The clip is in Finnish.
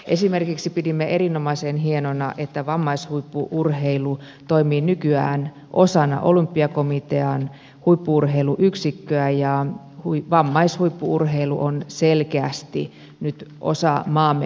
esimerkiksi pidimme erinomaisen hienona että vammaishuippu urheilu toimii nykyään osana olympiakomitean huippu urheiluyksikköä ja vammaishuippu urheilu on selkeästi nyt osa maamme huippu urheilua